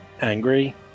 angry